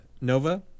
Nova